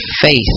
faith